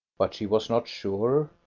but she was not sure,